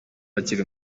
akiri